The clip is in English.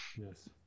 Yes